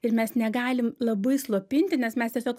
ir mes negalim labai slopinti nes mes tiesiog